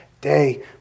day